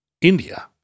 India